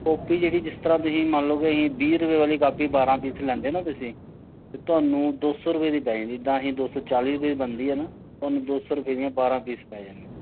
copy ਜਿਹੜੀ ਜਿਸ ਤਰ੍ਹਾਂ ਤੁਸੀਂ ਮੰਨ ਲਉ ਕਿ ਅਸੀਂ ਵੀਹ ਰੁਪਏ ਵਾਲੀ ਕਾਪੀ ਬਾਰਾਂ ਪੀਸ ਲੈਂਦੇ ਨਾ ਤੁਸੀਂ ਤਾਂ ਤੁਹਾਨੂੰ ਦੋ ਸੌ ਰੁਪਏ ਦੀ ਪੈ ਜਾਂਦੀ ਜਿੱਦਾਂ ਅਸੀਂ ਦੋ ਸੌ ਚਾਲੀ ਰੁਪਏ ਦੀ ਬਣਦੀ ਹੈ ਨਾ ਤੁਹਾਨੂੰ ਦੋ ਸੌ ਰੁਪਏ ਦੀਆਂ ਬਾਰਾਂ ਪੀਸ ਪੈ ਜਾਣਗੇ